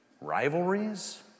rivalries